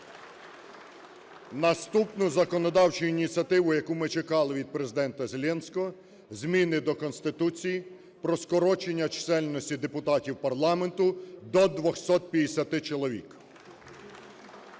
Наступну законодавчу ініціативу, яку ми чекали від Президента Зеленського, – зміни до Конституції про скорочення чисельності депутатів парламенту до 250 чоловік.